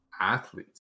athletes